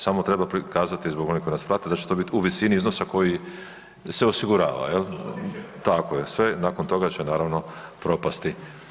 Samo treba kazati zbog onih koji nas prate da će to biti u visini iznosa koji se osigurava, je li? ... [[Upadica se ne čuje.]] tako je, sve nakon toga će naravno, propasti.